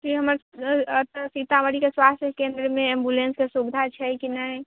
से हमर ओतऽ सीतामढ़ी के स्वास्थ केन्द्र मे एम्बुलेन्स के सुबिधा छै कि नहि